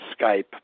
Skype